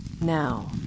Now